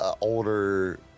older